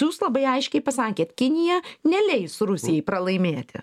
jūs labai aiškiai pasakėt kinija neleis rusijai pralaimėti